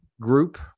group